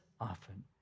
often